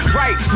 right